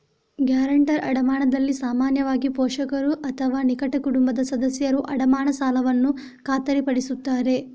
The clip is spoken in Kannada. ಗ್ಯಾರಂಟರ್ ಅಡಮಾನದಲ್ಲಿ ಸಾಮಾನ್ಯವಾಗಿ, ಪೋಷಕರು ಅಥವಾ ನಿಕಟ ಕುಟುಂಬದ ಸದಸ್ಯರು ಅಡಮಾನ ಸಾಲವನ್ನು ಖಾತರಿಪಡಿಸುತ್ತಾರೆ